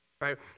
right